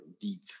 deep